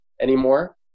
anymore